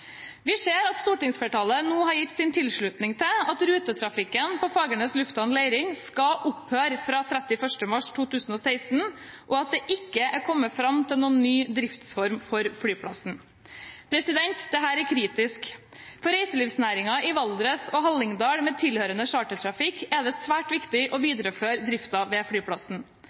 Vi ser at stortingsflertallet nå har gitt sin tilslutning til at rutetrafikken på Fagernes lufthavn, Leirin skal opphøre fra 31. mars 2016, og at det ikke er kommet fram til noen ny driftsform for flyplassen. Dette er kritisk. For reiselivsnæringen i Valdres og Hallingdal, med tilhørende chartertrafikk, er det svært viktig å